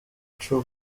true